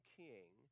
king